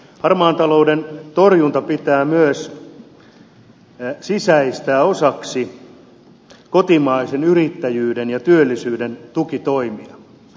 harmaan talouden torjunta pitää myös sisäistää osaksi kotimaisen yrittäjyyden ja työllisyyden tukitoimia